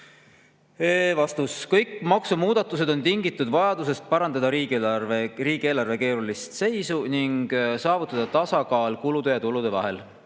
Vastus. Kõik maksumuudatused on tingitud vajadusest parandada riigieelarve keerulist seisu ning saavutada tasakaal kulude ja tulude vahel.